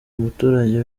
umuturage